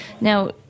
Now